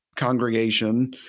congregation